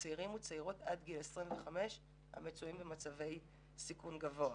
צעירים וצעירות עד גיל 25 המצויים במצבי סיכון גבוה.